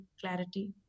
clarity